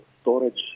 Storage